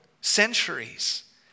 centuries